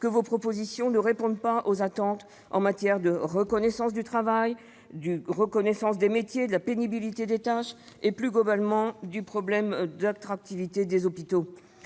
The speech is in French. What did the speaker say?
que vos propositions ne répondent pas aux attentes en matière de reconnaissance du travail, des métiers ou de la pénibilité des tâches, et plus globalement au problème du manque d'attractivité des hôpitaux.